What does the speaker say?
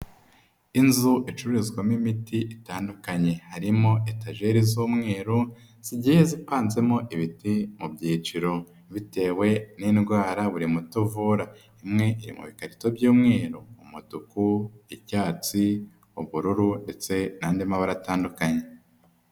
Inzu icururizwamo imiti itandukanye, harimo etageri z'umweru, zigiye zipanzemo imiti mu byiciro bitewe n'indwara buri muti uvura, imwe iri mu bikarito by'umweru, umutuku, icyatsi, ubururu ndetse n'andi mabara atandukanye.